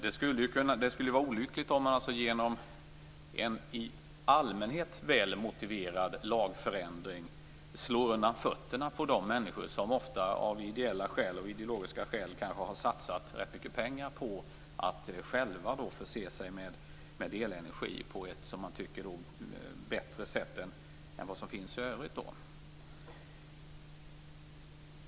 Det skulle vara olyckligt om man genom en i allmänhet väl motiverad lagändring slår undan fötterna på de människor som ofta av ideella och ideologiska skäl har satsat rätt mycket pengar på att själva förse sig med elenergi på ett sätt som man tycker är bättre än de som erbjuds i övrigt.